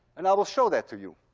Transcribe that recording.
and i will show that to you.